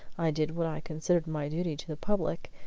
i did what i considered my duty to the public,